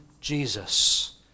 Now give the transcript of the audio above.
Jesus